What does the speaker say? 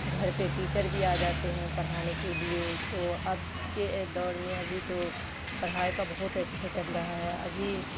گھڑ پہ ٹیچر بھی آ جاتے ہیں پرھانے کے لیے تو اب کے دور میں ابھی تو پرھائی کا بہت اچھا چل رہا ہے ابھی